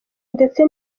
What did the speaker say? ndetse